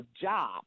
job